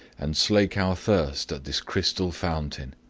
and slake our thirst at this crystal fountain.